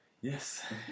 yes